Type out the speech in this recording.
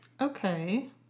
Okay